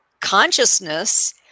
consciousness